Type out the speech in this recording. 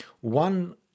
one